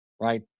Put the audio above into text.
right